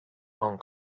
hong